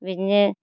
बेबायदिनो